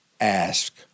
Ask